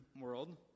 world